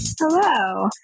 Hello